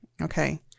okay